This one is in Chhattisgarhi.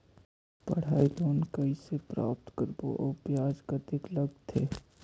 पढ़ाई लोन कइसे प्राप्त करबो अउ ब्याज कतेक लगथे?